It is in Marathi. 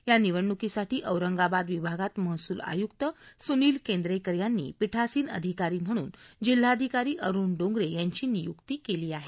या निवडणुकीसाठी औरंगाबाद विभागात महसूल आयुक्त सुनिल केंद्रेकर यांनी पीठासीन अधिकारी म्हणून जिल्हाधिकारी अरूण डोंगरे यांची नियुक्ती केली आहे